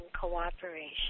cooperation